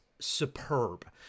superb